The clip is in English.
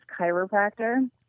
chiropractor